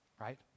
right